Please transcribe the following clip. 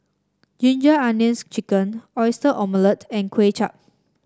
Ginger Onions chicken Oyster Omelette and Kway Chap